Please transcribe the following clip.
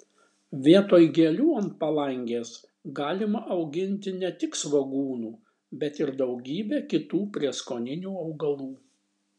vietoj gėlių ant palangės galima auginti ne tik svogūnų bet ir daugybę kitų prieskoninių augalų